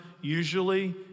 usually